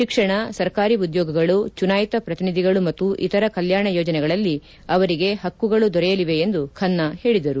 ಶಿಕ್ಷಣ ಸರ್ಕಾರಿ ಉದ್ಯೋಗಗಳು ಚುನಾಯಿತ ಪ್ರತಿನಿಧಿಗಳು ಮತ್ತು ಇತರ ಕಲ್ನಾಣ ಯೋಜನೆಗಳಲ್ಲಿ ಅವರಿಗೆ ಹಕ್ಕುಗಳು ದೊರೆಯಲಿವೆ ಎಂದು ಖನ್ನಾ ಹೇಳಿದರು